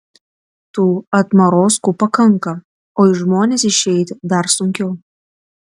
tų atmarozkų pakanka o į žmones išeiti dar sunkiau